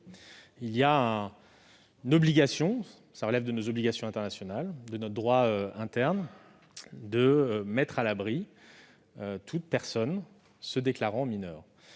déjà en réalité. Il relève de nos obligations internationales et de notre droit interne de mettre à l'abri toute personne se déclarant mineure.